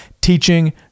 teaching